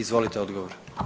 Izvolite odgovor.